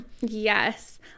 yes